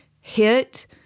hit